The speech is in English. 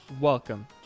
Welcome